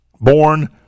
Born